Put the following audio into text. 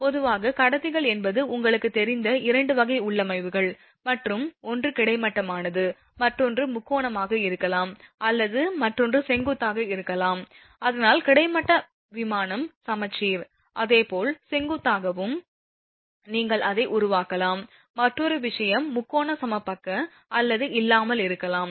பொதுவாக கடத்திகள் என்பது உங்களுக்குத் தெரிந்த 2 வகை உள்ளமைவுகள் மற்றும் ஒன்று கிடைமட்டமானது மற்றொன்று முக்கோணமாக இருக்கலாம் அல்லது மற்றொன்று செங்குத்தாகவும் இருக்கலாம் அதனால் கிடைமட்ட விமானம் சமச்சீர் அதேபோல் செங்குத்தாகவும் நீங்கள் அதை உருவாக்கலாம் மற்றொரு விஷயம் முக்கோணம் சமபக்க அல்லது இல்லாமல் இருக்கலாம்